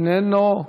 איננו,